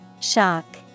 Shock